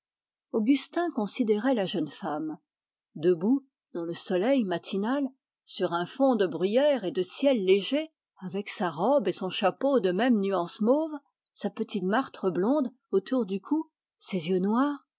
augustin considérait la jeune femme debout dans le soleil matinal sur un fond de bruyère et de ciel léger avec sa robe et son chapeau de même nuance mauve sa petite martre blonde autour du cou ses yeux noirs